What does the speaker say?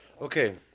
Okay